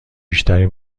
بیشتری